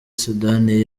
sudani